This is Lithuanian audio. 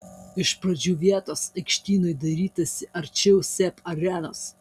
iš pradžių vietos aikštynui dairytasi arčiau seb arenos